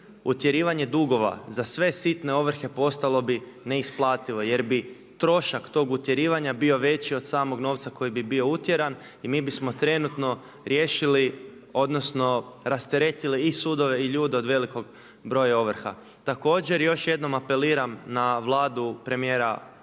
utjerivanje dugova za sve sitne ovrhe postalo bi neisplativo jer bi trošak tog utjerivanja bio veći od samog novca koji bi bio utjeran i mi bismo trenutno riješili odnosno rasteretili i sudove i ljude od velikog broja ovrha. Također još jednom apeliram na Vladu premijera budućeg